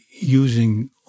using